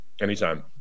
anytime